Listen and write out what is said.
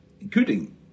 including